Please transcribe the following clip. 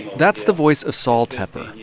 that's the voice of sol tepper,